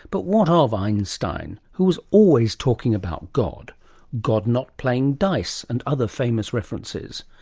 but what ah of einstein, who was always talking about god god not playing dice and other famous references.